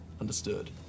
Understood